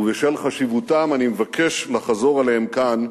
ובשל חשיבותם אני מבקש לחזור עליהם כאן,